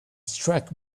struck